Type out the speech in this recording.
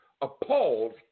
appalled